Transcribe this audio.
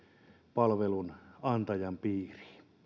palvelunantajan piiriin